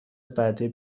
بعدی